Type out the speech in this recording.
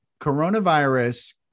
coronavirus